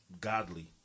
godly